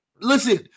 listen